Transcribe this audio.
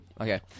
Okay